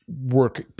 work